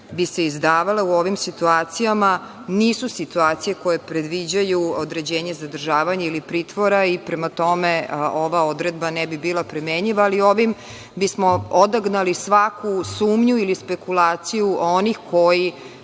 bi se izdavale u ovim situacijama nisu situacije koje predviđaju određenje zadržavanja ili pritvora. Prema tome, ova odredba ne bi bila primenjiva. Ali, ovim bismo odagnali svaku sumnju ili spekulaciju onih koji